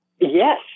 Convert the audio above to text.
Yes